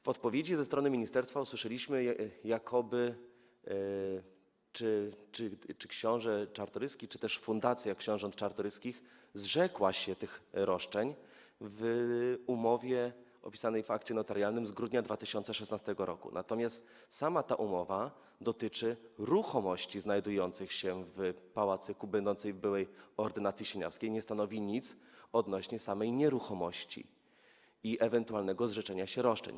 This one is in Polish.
W odpowiedzi ze strony ministerstwa usłyszeliśmy, jakoby książę Czartoryski, czy też Fundacja Książąt Czartoryskich, zrzekł się tych roszczeń w umowie opisanej w akcie notarialnym z grudnia 2016 r., natomiast ta umowa dotyczy znajdujących się w pałacyku ruchomości będących w byłej ordynacji sieniawskiej i nie stanowi nic odnośnie do samej nieruchomości i ewentualnego zrzeczenia się roszczeń.